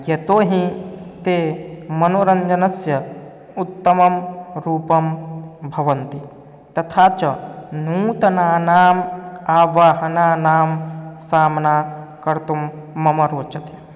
यतो हि ते मनोरञ्जनस्य उत्तमं रूपं भवति तथा च नूतनानाम् आवाहनानां सामना कर्तुं मम रोचते